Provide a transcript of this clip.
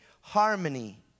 Harmony